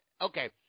Okay